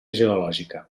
geològica